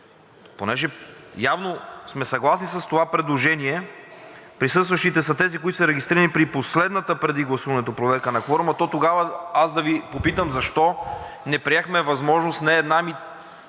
като явно сме съгласни с това предложение, присъстващите са тези, които са регистрирани при последната преди гласуването проверка на кворума, то тогава аз да Ви попитам: защо не приехме възможност не една,